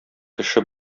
кеше